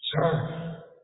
Sir